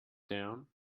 down